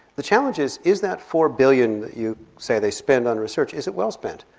the challenge is is that four billion that you say they spend on research, is it well spent?